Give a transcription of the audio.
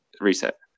reset